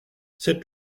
c’est